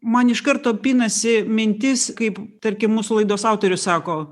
man iš karto pinasi mintis kaip tarkim mūsų laidos autorius sako